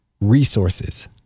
resources